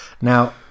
Now